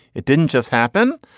it didn't just happen.